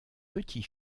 petit